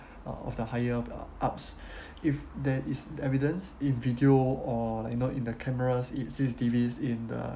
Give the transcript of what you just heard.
uh of the higher uh ups if there is evidence in video or like you know in the cameras in C_C_T_Vs in the